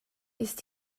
ist